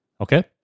Okay